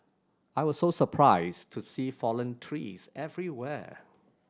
I was so surprised to see fallen trees everywhere